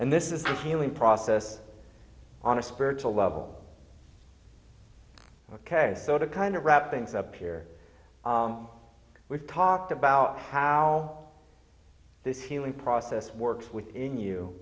and this is a healing process on a spiritual level ok so to kind of wrap things up here we've talked about how this healing process works within you